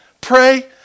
pray